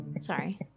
Sorry